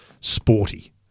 Sporty